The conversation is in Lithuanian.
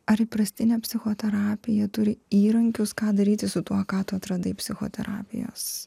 ar įprastinė psichoterapija turi įrankius ką daryti su tuo ką tu atradai psichoterapijos